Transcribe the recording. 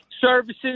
services